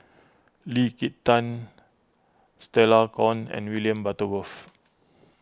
Lee Kin Tat Stella Kon and William Butterworth